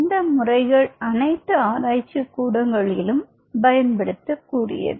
இந்த முறைகள் அனைத்து ஆராய்ச்சிக் கூடங்களிலும் பயன்படுத்தக்கூடியது